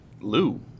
Lou